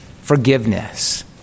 Forgiveness